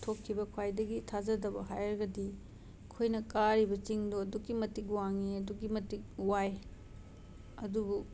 ꯊꯣꯛꯈꯤꯕ ꯈ꯭ꯋꯥꯏꯗꯒꯤ ꯊꯥꯖꯗꯕ ꯍꯥꯏꯔꯒꯗꯤ ꯑꯩꯈꯣꯏꯅ ꯀꯥꯔꯤꯕ ꯆꯤꯡꯗꯣ ꯑꯗꯨꯛꯀꯤ ꯃꯇꯤꯛ ꯋꯥꯡꯉꯤ ꯑꯗꯨꯛꯀꯤ ꯃꯇꯤꯛ ꯋꯥꯏ ꯑꯗꯨꯕꯨ